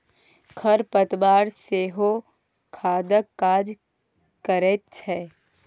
खर पतवार सेहो खादक काज करैत छै